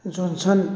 johnson